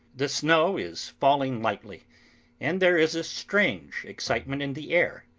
the snow is falling lightly and there is a strange excitement in the air.